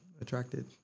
attracted